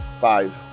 Five